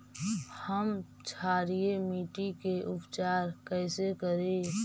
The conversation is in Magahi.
हम क्षारीय मिट्टी के उपचार कैसे करी?